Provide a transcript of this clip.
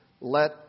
let